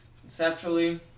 Conceptually